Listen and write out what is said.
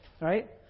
right